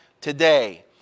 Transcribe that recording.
today